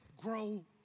grow